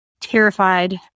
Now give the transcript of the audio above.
terrified